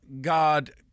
God